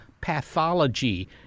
pathology